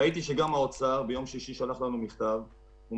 ראיתי שהאוצר שלח ביום שישי מכתב שבו כתוב